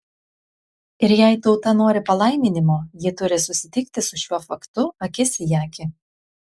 ir jei tauta nori palaiminimo ji turi susitikti su šiuo faktu akis į akį